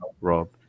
Rob